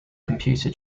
computer